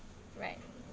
right